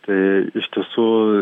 tai iš tiesų